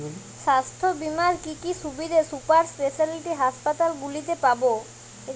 স্বাস্থ্য বীমার কি কি সুবিধে সুপার স্পেশালিটি হাসপাতালগুলিতে পাব?